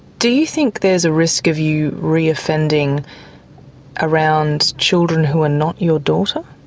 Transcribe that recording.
do you think there's a risk of you re-offending around children who are not your daughter?